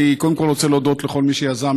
אני קודם כול רוצה להודות לכל מי שיזם